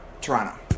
Toronto